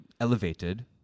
elevated